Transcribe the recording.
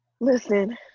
listen